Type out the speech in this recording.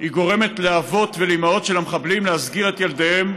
הם גורמים לאבות ולאימהות של המחבלים להסגיר את ילדיהם,